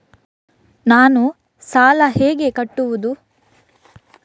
ನಾನು ಸಾಲ ಹೇಗೆ ಕಟ್ಟುವುದು?